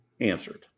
answered